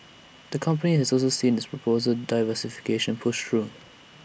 the company has also seen its proposed diversification pushed through